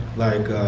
like,